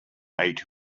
eight